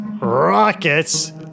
Rockets